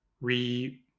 re